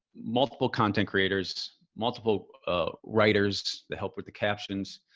multiple content creators, multiple writers to help with the captions.